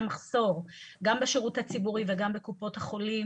מחסור גם בשירות הציבורי וגם בקופות החולים.